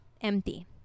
empty